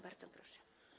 Bardzo proszę.